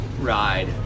ride